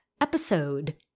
episode